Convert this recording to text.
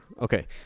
Okay